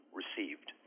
received